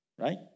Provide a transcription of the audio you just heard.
Right